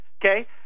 okay